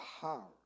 power